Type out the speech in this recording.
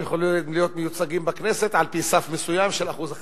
יכולים להיות מיוצגים בכנסת על-פי סף מסוים של אחוז החסימה.